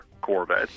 Corvette